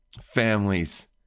families